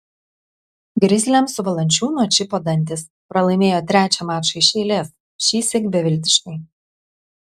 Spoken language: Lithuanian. grizliams su valančiūnu atšipo dantys pralaimėjo trečią mačą iš eilės šįsyk beviltiškai